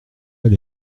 elle